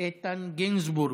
איתן גינזבורג,